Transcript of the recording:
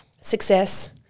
Success